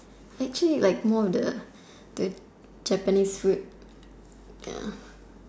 actually like more of the the Japanese food ya